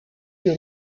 que